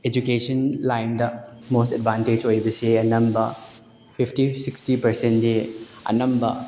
education ꯂꯥꯏꯟꯗ most advantage ꯑꯣꯏꯕꯁꯦ ꯑꯅꯝꯕ ꯐꯤꯞꯇꯤ ꯁꯤꯛꯁꯇꯤ ꯄꯥꯔꯁꯦꯟꯗꯤ ꯑꯅꯝꯕ